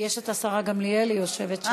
השרה גמליאל, היא יושבת שם.